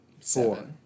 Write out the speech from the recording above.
four